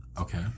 Okay